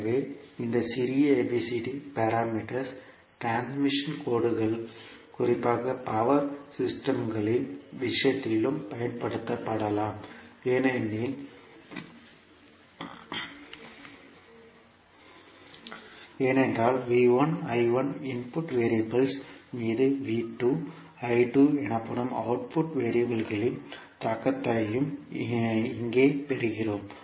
எனவே இந்த சிறிய ஏபிசிடி பாராமீட்டர்ஸ் டிரான்ஸ்மிஷன் கோடுகள் குறிப்பாக பவர் சிஸ்டம்களின் விஷயத்திலும் பயன்படுத்தப்படலாம் ஏனென்றால் இன்புட் வெறியபிள் மீது எனப்படும் அவுட்புட் வெறியபிள்களின் தாக்கத்தையும் இங்கே பெறுகிறோம்